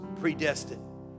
predestined